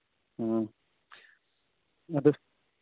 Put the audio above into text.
ꯑ ꯑꯗꯨ